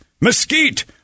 mesquite